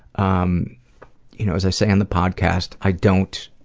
um you know as i say on the podcast, i don't,